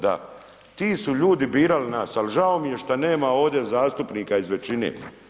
Da, ti su ljudi birali nas, ali žao mi je što nema ovdje zastupnika iz većine.